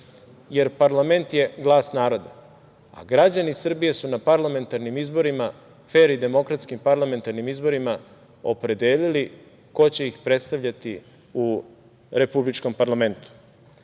jer parlament je glas naroda, a građani Srbije su na fer i demokratskim parlamentarnim izborima opredelili ko će ih predstavljati u republičkom parlamentu. Agendu